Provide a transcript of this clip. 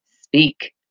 speak